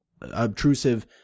obtrusive